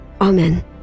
Amen